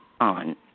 on